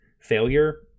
failure